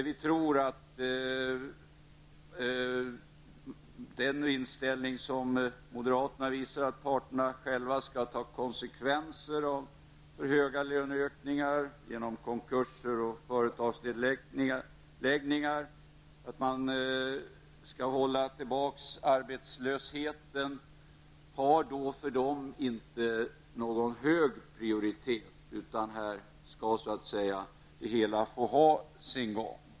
Moderaterna har inställningen att parterna själva skall ta konsekvenserna av för höga löneökningar genom konkurser och företagsnedläggningar. Att hålla tillbaka arbetslösheten har inte en hög prioritet för dem, utan här skall det hela få ha sin gång.